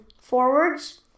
forwards